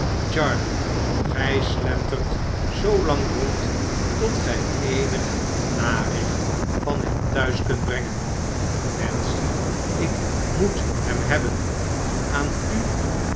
charley gij slentert zoo lang rond tot gij eenig naricht van hem thuis kunt brengen nancy ik moet hem hebben aan u